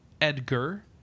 Edgar